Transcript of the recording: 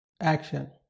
action